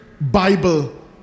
Bible